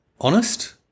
Honest